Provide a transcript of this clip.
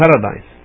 paradise